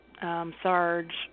Sarge